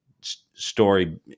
story